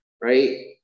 right